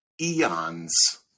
eons